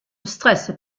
stress